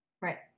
right